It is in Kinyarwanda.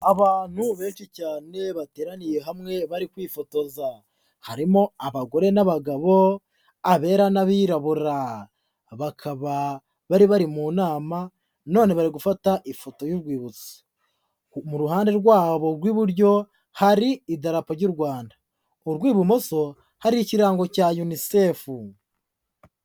Abantu benshi cyane bateraniye hamwe bari kwifotoza, harimo abagore n'abagabo, abera n'abirabura, bakaba bari bari mu nama none bari gufata ifoto y'urwibutso, mu ruhande rwabo rw'iburyo hari idarapo ry'u Rwanda, urw'ibumoso hari ikirango cya Unicef.